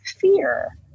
fear